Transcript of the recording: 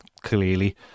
clearly